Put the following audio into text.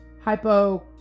hypo